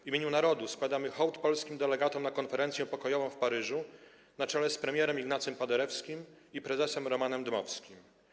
W imieniu Narodu składamy hołd polskim delegatom na konferencję pokojową w Paryżu na czele z premierem Ignacym Paderewskim i prezesem Romanem Dmowskim.